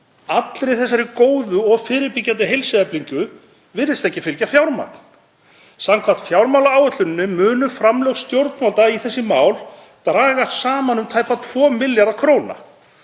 allri þessari góðu og fyrirbyggjandi heilsueflingu virðist ekki fylgja fjármagn. Samkvæmt fjármálaáætluninni munu framlög stjórnvalda í þessi mál dragast saman um tæpa 2 milljarða kr.